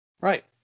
right